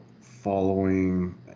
following